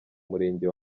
murenge